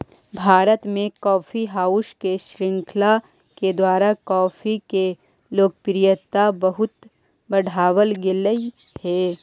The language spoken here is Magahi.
भारत में कॉफी हाउस के श्रृंखला के द्वारा कॉफी के लोकप्रियता बहुत बढ़बल गेलई हे